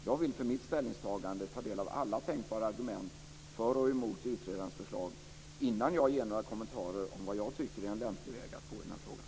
Jag vill för mitt ställningstagande ta del av alla tänkbara argument för och emot utredarens förslag innan jag ger några kommentarer om vad jag tycker är en lämplig väg att gå i den här frågan.